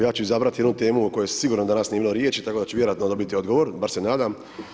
Ja ću izabrat jednu temu o kojoj sigurno danas nije bilo riječi tako da ću vjerojatno dobit odgovor, bar se nadam.